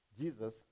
Jesus